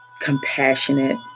compassionate